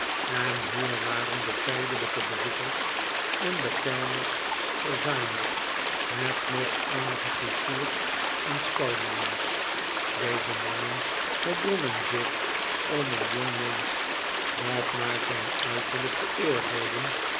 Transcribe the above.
en hier waren de tijdelijke bezoekers en de kellners verzameld met nog eenige koetsiers en staljongens deze mannen verdrongen zich om een jongmensch dat naar zijn uiterlijk te oordeelen